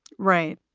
right.